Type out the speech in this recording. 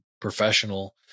professional